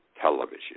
television